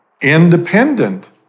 independent